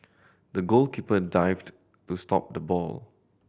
the goalkeeper dived to stop the ball